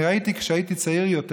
ראיתי כשהייתי צעיר יותר,